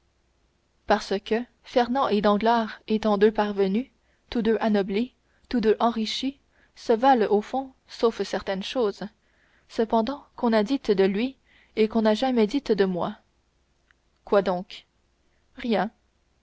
parce que fernand et danglars étant deux parvenus tous deux anoblis tous deux enrichis se valent au fond sauf certaines choses cependant qu'on a dites de lui et qu'on n'a jamais dites de moi quoi donc rien